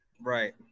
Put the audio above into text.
Right